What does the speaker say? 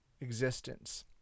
existence